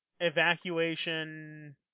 evacuation